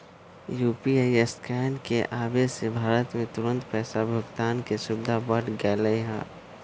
UPI scan के आवे से भारत में तुरंत पैसा भुगतान के सुविधा बढ़ गैले है